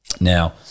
now